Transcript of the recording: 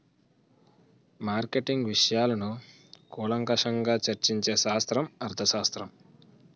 marketing విషయాలను కూలంకషంగా చర్చించే శాస్త్రం అర్థశాస్త్రం